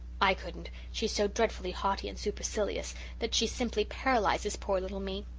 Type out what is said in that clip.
i couldn't she's so dreadfully haughty and supercilious that she simply paralyses poor little me.